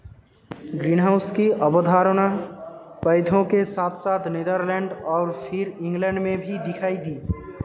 greenhouse की अवधारणा पौधों के साथ साथ नीदरलैंड और फिर इंग्लैंड में भी दिखाई दी